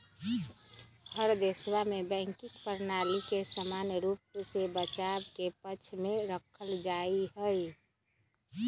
हर देशवा में बैंकिंग प्रणाली के समान रूप से बचाव के पक्ष में रखल जाहई